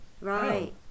right